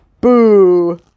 Boo